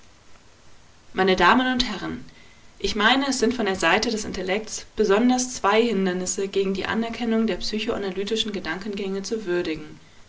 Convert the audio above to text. meine damen und herren ich meine es sind von der seite des intellekts besonders zwei hindernisse gegen die anerkennung der psychoanalytischen gedankengänge zu würdigen